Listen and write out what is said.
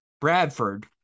Bradford